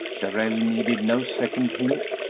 darrell needed no second hint,